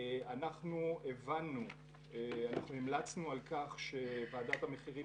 אנחנו המלצנו על כך שוועדת המחירים